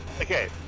okay